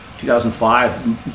2005